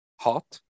hot